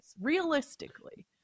realistically